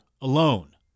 alone